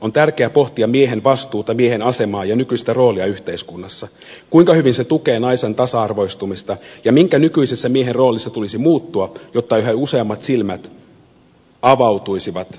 on tärkeää pohtia miehen vastuuta miehen asemaa ja nykyistä roolia yhteiskunnassa kuinka hyvin se tukee naisen tasa arvoistumista ja minkä nykyisessä miehen roolissa tulisi muuttua jotta yhä useammat silmät avautuisivat ymmärtämään